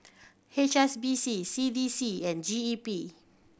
H S B C C D C and G E P